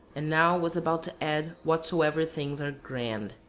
and now was about to add whatsoever things are grand.